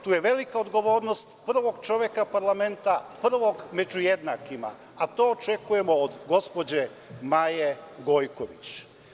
Tu je velika odgovornost prvog čoveka parlamenta, prvog među jednakima, a to očekujemo od gospođe Maje Gojković.